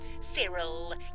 Cyril